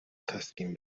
تسکین